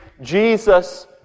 Jesus